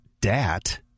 DAT